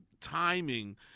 timing